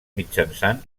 mitjançant